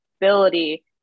ability